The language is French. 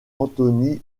anthony